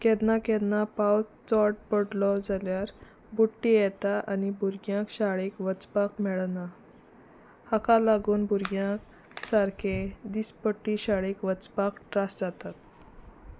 केन्ना केन्ना पावस चोड पडलो जाल्यार बुडटी येता आनी भुरग्यांक शाळेक वचपाक मेळना हाका लागून भुरग्यांक सारके दिसपट्टी शाळेक वचपाक त्रास जातात